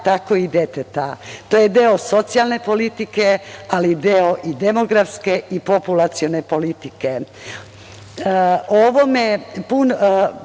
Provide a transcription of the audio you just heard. tako i deteta. To je deo socijalne politike, ali deo i demografske, i populacione politike. Puno